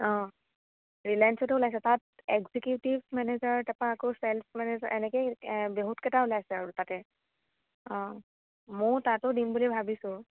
অ' ৰিলায়েঞ্চতো ওলাইছে তাত একজিকিউটিভ মেনেজাৰ তাপা আকৌ চে'লছ মেনেজাৰ এনেকৈ ৱ বহুত কেইটা ওলাইছে আৰু তাতে অ' মইও তাতো দিম বুলি ভাবিছোঁ